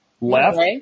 left